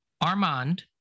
Armand